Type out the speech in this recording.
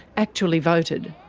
actually voted.